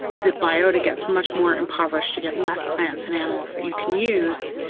the biota gets much more impoverished, you get less plants and animals that you can use,